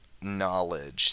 knowledge